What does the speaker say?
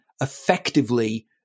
effectively